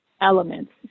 elements